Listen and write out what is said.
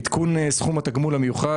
עדכון סכום התגמול המיוחד.